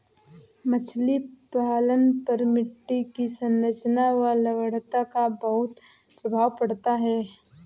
मछली पालन पर मिट्टी की संरचना और लवणता का बहुत प्रभाव पड़ता है